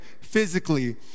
physically